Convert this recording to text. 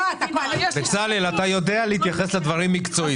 בצלאל, אתה יודע להתייחס לדברים מקצועית.